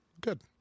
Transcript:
Good